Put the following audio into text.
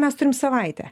mes turim savaitę